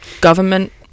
government